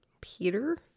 peter